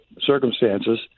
circumstances